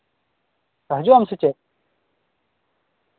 ᱦᱤᱡᱩᱜ ᱟᱢ ᱥᱮ ᱪᱮᱫ